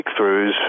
breakthroughs